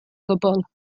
gwbl